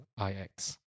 iX